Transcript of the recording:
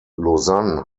lausanne